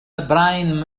براين